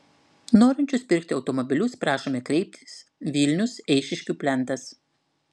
norinčius pirkti automobilius prašome kreiptis vilnius eišiškių plentas